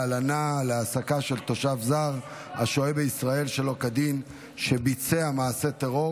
להלנה ולהעסקה של תושב זר השוהה בישראל שלא כדין שביצע מעשה טרור